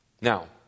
Now